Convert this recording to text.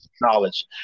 knowledge